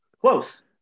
close